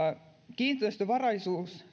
kiinteistövarallisuus